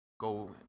go